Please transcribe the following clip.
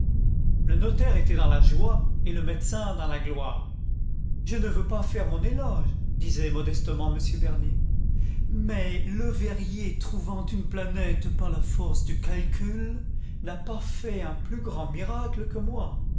le notaire était dans la joie et le médecin dans la gloire je ne veux pas faire mon éloge disait modestement m bernier mais leverrier trouvant une planète par la force du calcul n'a pas fait un plus grand miracle que moi